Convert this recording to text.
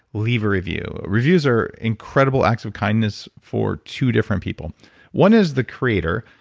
leave a review. reviews are incredible acts of kindness for two different people one is the creator,